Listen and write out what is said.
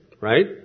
right